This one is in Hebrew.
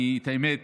האמת,